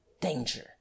Danger